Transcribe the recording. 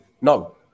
No